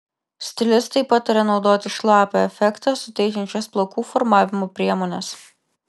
stilistai pataria naudoti šlapią efektą suteikiančias plaukų formavimo priemones